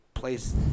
Place